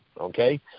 okay